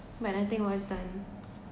but I think it was done